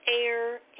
air